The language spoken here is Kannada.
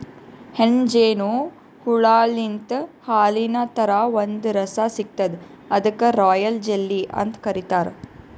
ಹೆಣ್ಣ್ ಜೇನು ಹುಳಾಲಿಂತ್ ಹಾಲಿನ್ ಥರಾ ಒಂದ್ ರಸ ಸಿಗ್ತದ್ ಅದಕ್ಕ್ ರಾಯಲ್ ಜೆಲ್ಲಿ ಅಂತ್ ಕರಿತಾರ್